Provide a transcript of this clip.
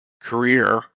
career